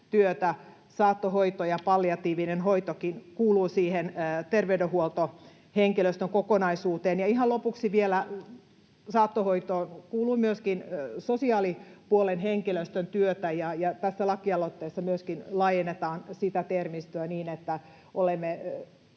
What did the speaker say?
Saattohoito ja palliatiivinen hoitokin kuuluvat siihen terveydenhuoltohenkilöstön kokonaisuuteen. Ihan lopuksi vielä: Saattohoitoon kuuluu myöskin sosiaalipuolen henkilöstön työtä, ja tässä lakialoitteessa myöskin laajennetaan sitä termistöä niin, että meillä